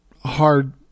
hard